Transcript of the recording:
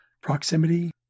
proximity